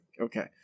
okay